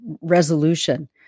resolution